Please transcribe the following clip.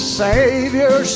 savior